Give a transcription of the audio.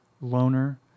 loner